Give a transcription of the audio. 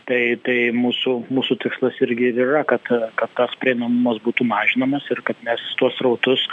tai tai mūsų mūsų tikslas irgi ir yra kad kad tas prieinamumas būtų mažinamas ir kad mes tuos srautus